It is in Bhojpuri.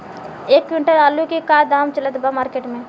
एक क्विंटल आलू के का दाम चलत बा मार्केट मे?